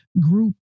group